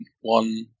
one